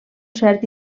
cert